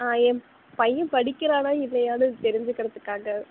என் பையன் படிக்கிறானா இல்லையானு தெரிஞ்சுக்கிறத்துக்காக